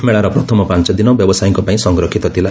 ମେଳାର ପ୍ରଥମ ପାଞ୍ଚଦିନ ବ୍ୟବସାୟୀଙ୍କ ପାଇଁ ସଂରକ୍ଷିତ ଥିଲା